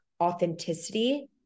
authenticity